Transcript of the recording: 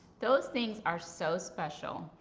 those things are so special.